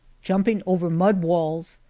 jumping over mud walls,